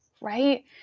Right